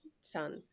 son